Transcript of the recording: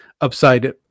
upside